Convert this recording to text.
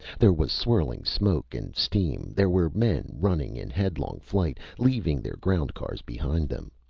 there was swirling smoke and steam. there were men running in headlong flight, leaving their ground cars behind them.